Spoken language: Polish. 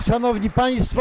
Szanowni Państwo!